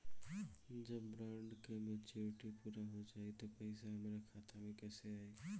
जब बॉन्ड के मेचूरिटि पूरा हो जायी त पईसा हमरा खाता मे कैसे आई?